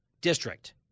district